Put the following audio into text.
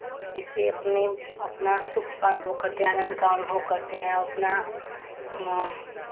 इससे अपने अपना सुख का अनुभव करते आनंद का अनुभव करते हैं और अपना